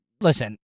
listen